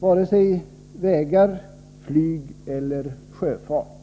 vare sig vägar, flyg eller sjöfart.